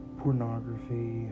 pornography